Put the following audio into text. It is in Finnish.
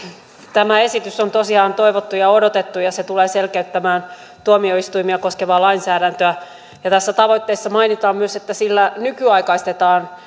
tämä esitys on tosiaan toivottu ja odotettu ja tulee selkeyttämään tuomioistuimia koskevaa lainsäädäntöä tässä tavoitteessa mainitaan myös että sillä nykyaikaistetaan